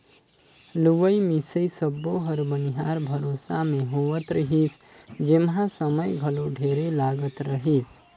लुवई मिंसई सब्बो हर बनिहार भरोसा मे होवत रिहिस जेम्हा समय घलो ढेरे लागत रहीस